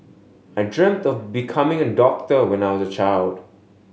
I dreamt of becoming a doctor when I was a child